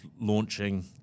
launching